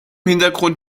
hintergrund